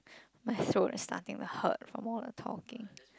my throat is starting to hurt from all the talking